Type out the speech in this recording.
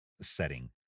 setting